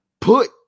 put